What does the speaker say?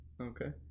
Okay